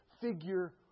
figure